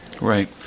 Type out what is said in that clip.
Right